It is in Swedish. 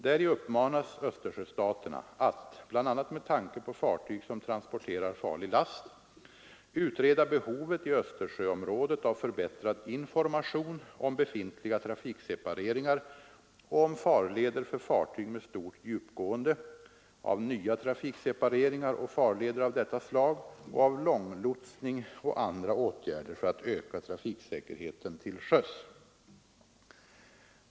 Däri uppmanas Östersjöstaterna att — bl.a. med tanke på fartyg som transporterar farlig last — utreda behovet i Östersjöområdet av förbättrad information om befintliga trafiksepareringar och om farleder för fartyg med stort djupgående, av nya trafiksepareringar och farleder av detta slag och av långlotsning och andra åtgärder för att öka trafiksäkerheten till sjöss.